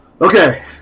Okay